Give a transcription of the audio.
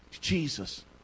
Jesus